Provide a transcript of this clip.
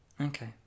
Okay